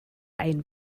ein